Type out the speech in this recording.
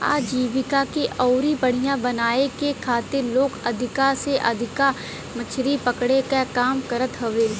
आजीविका के अउरी बढ़ियां बनावे के खातिर लोग अधिका से अधिका मछरी पकड़े क काम करत हवे